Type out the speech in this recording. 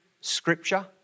scripture